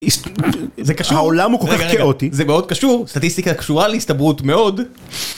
‫העולם הוא כל כך כאוטי. ‫-זה מאוד קשור, סטטיסטיקה קשורה להסתברות מאוד.